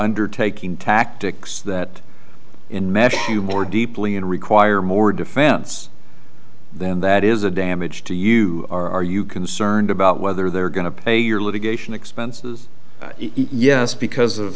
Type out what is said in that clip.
undertaking tactics that in matthew more deeply and require more defense then that is a damage to you are you concerned about whether they're going to pay your litigation expenses eat yes because of